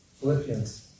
Philippians